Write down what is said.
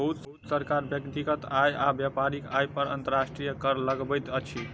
बहुत सरकार व्यक्तिगत आय आ व्यापारिक आय पर अंतर्राष्ट्रीय कर लगबैत अछि